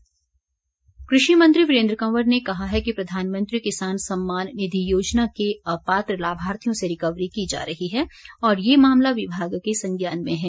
वीरेंद्र कंवर कृषि मंत्री वीरेंद्र कंवर ने कहा है कि प्रधानमंत्री किसान सम्मान निधि योजना के अपात्र लाभार्थियों से रिकवरी की जा रही है और ये मामला विभाग के संज्ञान में है